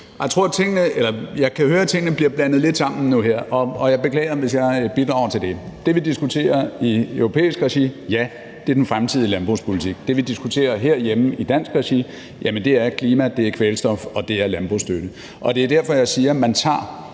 Ellemann-Jensen (V): Jeg kan høre, at tingene bliver blandet lidt sammen nu her, og jeg beklager, hvis jeg bidrager til det. I forhold til det, vi diskuterer i europæisk regi: Ja, det er den fremtidige landbrugspolitik. Det, vi diskuterer herhjemme i dansk regi, er klima, det er kvælstof, og det er landbrugsstøtten. Og det er derfor, jeg siger, at man tager